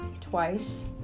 twice